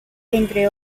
entre